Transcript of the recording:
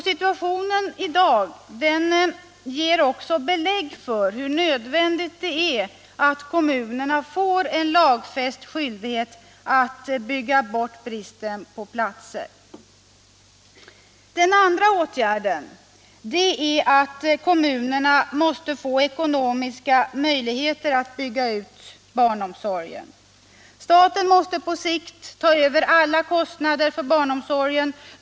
Situationen i dag ger också belägg för hur nödvändigt det är att kommunerna får en lagfäst skyldighet att bygga bort bristen på platser. Den andra åtgärden är att kommunerna måste få ekonomiska möjligheter att bygga ut barnomsorgen. Staten måste på sikt ta över alla kostnader för barnomsorgen.